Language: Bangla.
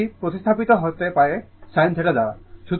এবং এটি প্রতিস্থাপিত হতে পারে sin θ দ্বারা